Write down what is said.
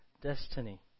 destiny